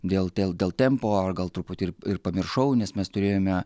dėl dėl dėl tempo ar gal truputį ir ir pamiršau nes mes turėjome